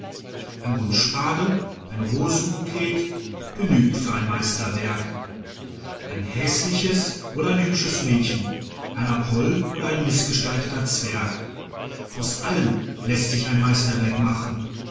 ein bund spargel ein rosenbukett genügt für ein meisterwerk ein häßliches oder ein hübsches mädchen ein apoll oder ein mißgestalteter zwerg aus allem läßt sich ein meisterwerk machen